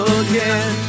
again